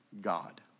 God